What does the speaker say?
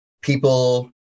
people